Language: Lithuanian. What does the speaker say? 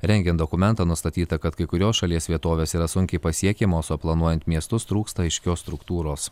rengiant dokumentą nustatyta kad kai kurios šalies vietovės yra sunkiai pasiekiamos o planuojant miestus trūksta aiškios struktūros